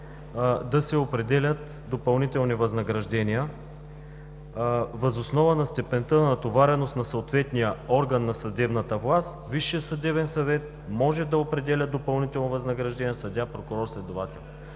да се определят допълнителни възнаграждения въз основа на степента на натовареност на съответния орган на съдебната власт. Висшият съдебен съвет може да определя допълнително възнаграждение за съдия, прокурор, следовател.